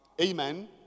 Amen